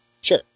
Sure